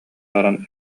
баран